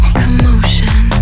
commotion